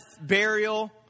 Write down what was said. burial